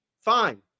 fine